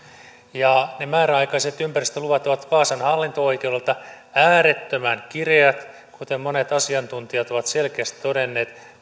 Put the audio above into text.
ne määräaikaiset ympäristöluvat ovat vaasan hallinto oikeudelta äärettömän kireät kuten monet asiantuntijat ovat selkeästi todenneet